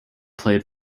played